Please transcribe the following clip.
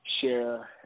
share